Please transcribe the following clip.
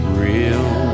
real